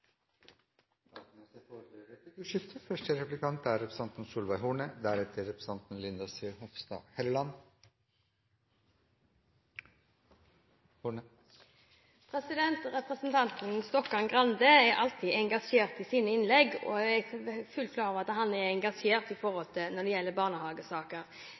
Det blir replikkordskifte. Representanten Stokkan-Grande er alltid engasjert i sine innlegg, og jeg er fullt klar over at han er engasjert når det gjelder barnehagesaker.